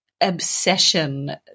obsession